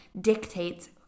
dictates